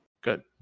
Good